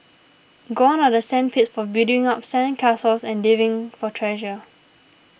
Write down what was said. gone are the sand pits for building up sand castles and digging for treasure